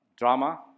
Drama